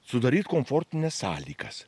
sudaryt komfortines sąlygas